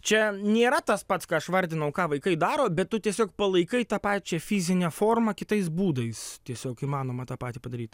čia nėra tas pats ką aš vardinau ką vaikai daro bet tu tiesiog palaikai tą pačią fizinę formą kitais būdais tiesiog įmanoma tą patį padaryt